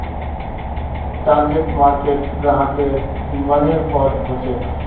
target market ग्राहकेर मनेर पर हछेक